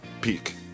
peak